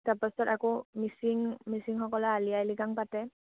তাৰপাছত আকৌ মিচিং মিচিংসকলে আলি আই লৃগাং পাতে